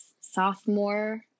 sophomore